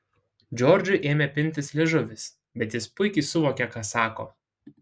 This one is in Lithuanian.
džordžui ėmė pintis liežuvis bet jis puikiai suvokė ką sako